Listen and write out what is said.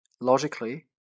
logically